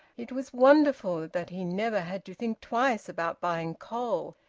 it was wonderful that he never had to think twice about buying coal,